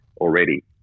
already